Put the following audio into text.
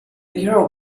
girl